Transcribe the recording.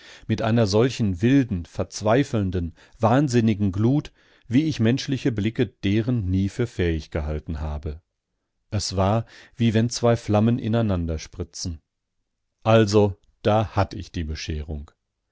mit einer solchen wilden verzweifelnden wahnsinnigen glut wie ich menschliche blicke deren nie für fähig gehalten habe es war wie wenn zwei flammen ineinanderspritzen also da hatt ich die bescherung